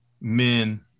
men